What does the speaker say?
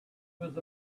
was